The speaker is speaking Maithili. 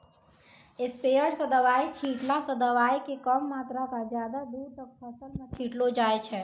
स्प्रेयर स दवाय छींटला स दवाय के कम मात्रा क ज्यादा दूर तक फसल मॅ छिटलो जाय छै